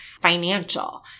financial